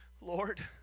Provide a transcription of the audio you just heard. Lord